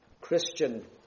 Christian